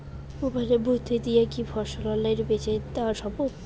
মোবাইলের মইধ্যে দিয়া কি ফসল অনলাইনে বেঁচে দেওয়া সম্ভব?